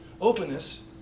Openness